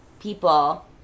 people